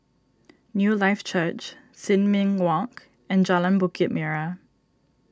Newlife Church Sin Ming Walk and Jalan Bukit Merah